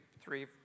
three